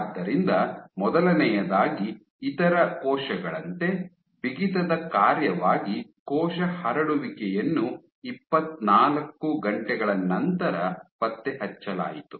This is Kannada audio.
ಆದ್ದರಿಂದ ಮೊದಲನೆಯದಾಗಿ ಇತರ ಕೋಶಗಳಂತೆ ಬಿಗಿತದ ಕಾರ್ಯವಾಗಿ ಕೋಶ ಹರಡುವಿಕೆಯನ್ನು ಇಪ್ಪತ್ನಾಲ್ಕು ಗಂಟೆಗಳ ನಂತರ ಪತ್ತೆಹಚ್ಚಲಾಯಿತು